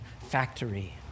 factory